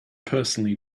personally